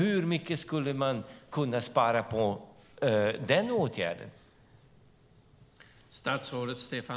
Hur mycket skulle man kunna spara på den åtgärden?